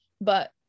but-